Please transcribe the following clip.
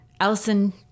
Allison